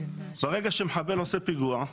ברגע שמחבל עושה פיגוע,